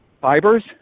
fibers